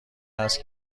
است